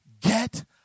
get